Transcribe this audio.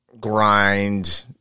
grind